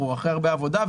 אנחנו אחרי הרבה עבודה,